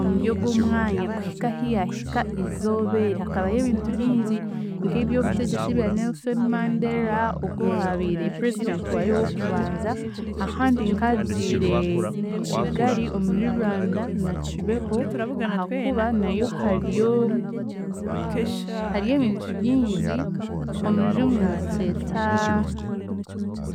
Omuryogwo omwanya kuhika ahi yaahika izooba eri hakabayo ebintu bingi nk'eby'obutegyeki ebya Nelson Mandela ogwo owaabiire president waayo ow'okubanza. Ahandi nkagiire Kigali omuri Rwanda na Kibeho ahaakuba nayo hariyo, hariyo ebintu bingi omu Rujungu nibakyeta